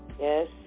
Yes